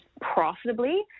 profitably